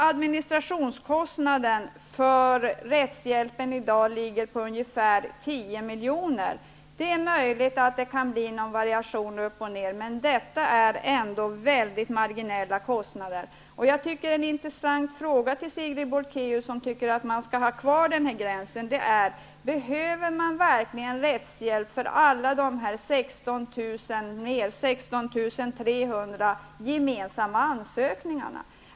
Administrationskostnaden för rättshjälpen ligger i dag på ca 10 milj.kr. Det är möjligt att det kan bli någon variation uppåt eller nedåt, men detta är ändå väldigt marginella kostnader. Sigrid Bolkéus anser att man skall ha kvar den här gränsen. En inressant fråga blir då: Behöver man verkligen betala ut rättshjälp för alla de 16 300 gemensamma ansökningarna?